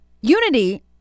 unity